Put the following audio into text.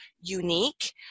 unique